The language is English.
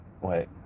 wait